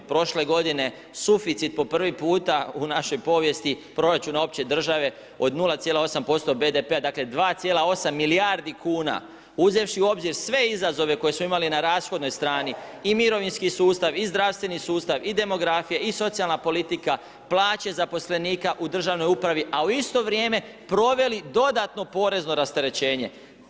Prošle godine suficit po prvi puta u našoj povijesti proračuna opće države od 0,8% BDP-a dakle, 2,8 milijardi kuna, uzevši u obzir sve izazove koje smo imali na rashodnoj strani i mirovinski sustav i zdravstveni sustav i demografija i socijalna politika, plaće zaposlenika u državnoj upravi, a u isto vrijeme, proveli dodatno porezno rasterećenje.